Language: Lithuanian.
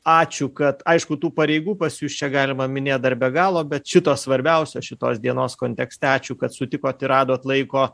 ačiū kad aišku tų pareigų pas jus čia galima minėt dar be galo bet šito svarbiausio šitos dienos kontekste ačiū kad sutikot ir radot laiko